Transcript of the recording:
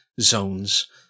zones